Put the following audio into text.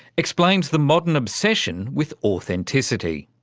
explains the modern obsession with authenticity.